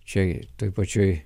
čia toj pačioj